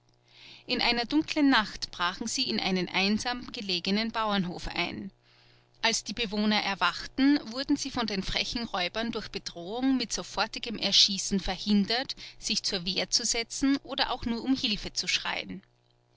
in einer dunklen nacht brachen sie in einen einsam belegenen bauernhof ein als die bewohner erwachten wurden sie von den frechen räubern durch bedrohung mit sofortigem erschießen verhindert sich zur wehr zu setzen oder auch nur um hilfe zu schreien